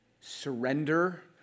surrender